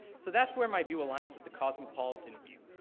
so that's where my view aligns with the cosmopolitan view.